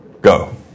go